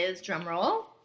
drumroll